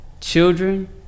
children